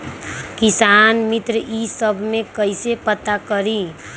किसान मित्र ई सब मे कईसे पता करी?